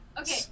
Okay